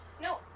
No